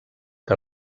que